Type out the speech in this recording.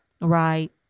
Right